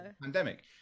pandemic